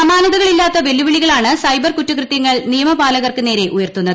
സമാനതകളില്ലാത്ത വെല്ലുവിളികളാണ് സൈബർ കുറ്റകൃത്യങ്ങൾ നിയമപാലകർക്ക് നേരെ ഉയർത്തുന്നത്